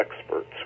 experts